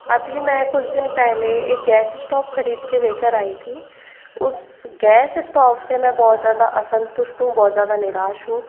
अभी मैं कुछ दिन पहले एक गैस स्टोव खरीद के लेकर आई थी उस गैस स्टोव से मैं बहुत ज्यादा असंतुष्ट हूँ बहुत ज़्यादा निराश हूँ